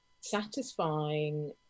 satisfying